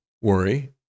worry